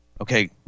Okay